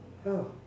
how